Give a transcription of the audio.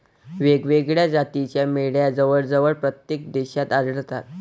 वेगवेगळ्या जातीच्या मेंढ्या जवळजवळ प्रत्येक देशात आढळतात